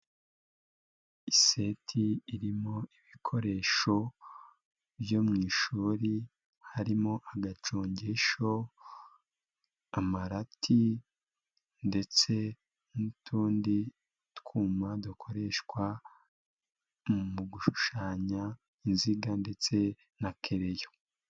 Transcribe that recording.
Seti irimo ibikoresho byo mu ishuri, harimo agacongesho, amarati ndetse n'utundi twuma dukoreshwa mu gushushanya inziga ndetse na kereyo.